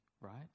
right